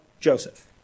Joseph